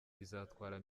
izatwara